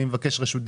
אני מברכת אותך,